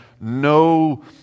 no